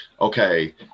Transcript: okay